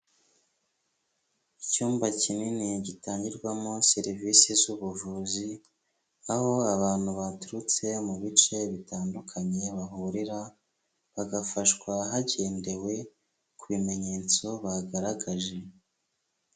Icyumba kinini gitangirwamo serivisi z ubuvuzi, aho abantu baturutse mu bice bitandukanye bahurira, bagafashwa hagendewe ku bimenyetso bagaragaje.